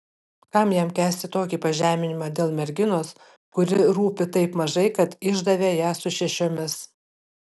kam jam kęsti tokį pažeminimą dėl merginos kuri rūpi taip mažai kad išdavė ją su šešiomis